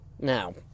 Now